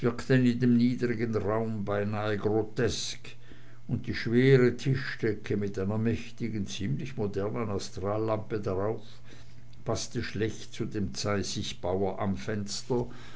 dem niedrigen raume beinahe grotesk und die schwere tischdecke mit einer mächtigen ziemlich modernen astrallampe darauf paßte schlecht zu dem zeisigbauer am fenster